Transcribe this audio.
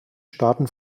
staaten